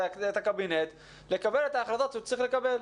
הקבינט לקבל את ההחלטות שהוא צריך לקבל.